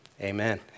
Amen